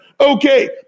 Okay